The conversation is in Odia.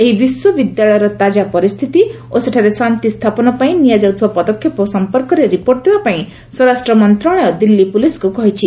ଏହି ବିଶ୍ୱବିଦ୍ୟାଳୟର ତାକା ପରିସ୍ଥିତି ଓ ସେଠାରେ ଶାନ୍ତି ସ୍ଥାପନ ପାଇଁ ନିଆଯାଉଥିବା ପଦକ୍ଷେପ ସମ୍ପର୍କରେ ରିପୋର୍ଟ ଦେବାପାଇଁ ସ୍ୱରାଷ୍ଟ୍ର ମନ୍ତ୍ରଣାଳୟ ଦିଲ୍ଲୀ ପୁଲିସ୍କୁ କହିଛି